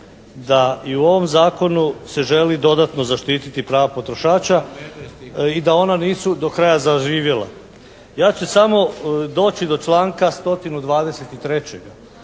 da i u ovom zakonu se želi dodatno zaštiti prava potrošača i da ona nisu do kraja zaživjela. Ja ću samo doći do članka 123.